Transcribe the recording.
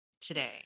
today